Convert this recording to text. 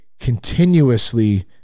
continuously